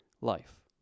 life